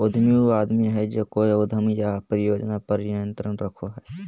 उद्यमी उ आदमी हइ जे कोय उद्यम या परियोजना पर नियंत्रण रखो हइ